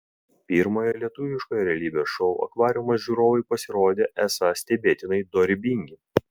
pirmojo lietuviško realybės šou akvariumas žiūrovai pasirodė esą stebėtinai dorybingi